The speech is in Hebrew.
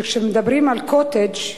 שכשמדברים על קוטג',